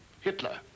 Hitler